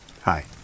Hi